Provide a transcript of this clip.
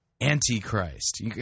Antichrist